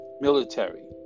Military